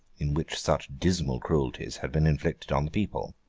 in which such dismal cruelties had been inflicted on the people.